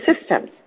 systems